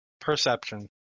Perception